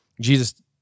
Jesus